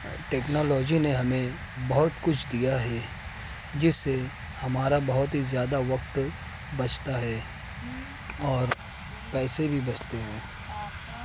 technology نے ہمیں بہت کچھ دیا ہے جس سے ہمارا بہت ہی زیادہ وقت بچتا ہے اور پیسے بھی بچتے ہیں